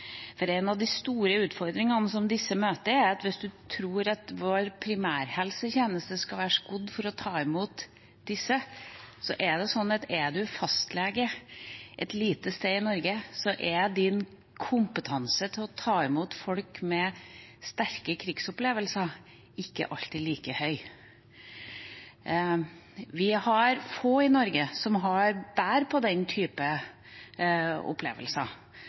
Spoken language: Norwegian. En av de store utfordringene som disse møter – hvis man tror at vår primærhelsetjeneste skal være skodd for å ta imot disse – er at er du fastlege et lite sted i Norge, er din kompetanse til å ta imot folk med sterke krigsopplevelser ikke alltid like høy. Vi har få i Norge som bærer på den typen opplevelser.